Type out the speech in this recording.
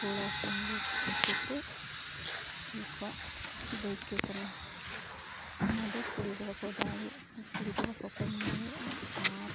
ᱠᱚᱲᱟ ᱥᱮ ᱦᱮᱨᱮᱞ ᱦᱚᱛᱮ ᱛᱮ ᱱᱩᱠᱩᱣᱟᱜ ᱫᱟᱹᱭᱠᱟᱹ ᱠᱟᱱᱟ ᱚᱱᱟ ᱫᱚ ᱠᱩᱲᱤ ᱫᱚ ᱵᱟᱠᱚ ᱫᱟᱲᱮᱭᱟᱜᱼᱟ ᱠᱩᱲᱤ ᱫᱚ ᱵᱟᱠᱚ ᱠᱟᱹᱢᱤ ᱫᱟᱲᱮᱭᱟᱜᱼᱟ ᱟᱨ